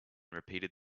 repeated